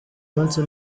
munsi